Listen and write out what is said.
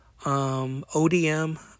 ODM